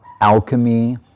alchemy